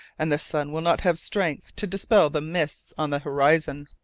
and the sun will not have strength to dispel the mists on the horizon.